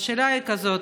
השאלה היא כזאת: